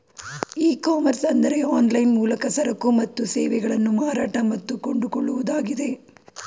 E commerce ಅಂದರೆ online ಮೂಲಕ ಸರಕು ಮತ್ತು ಸೇವೆಗಳನ್ನು ಮಾರಾಟ ಮತ್ತು ಕೊಂಡುಕೊಳ್ಳುವುದಾಗಿದೆ